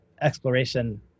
exploration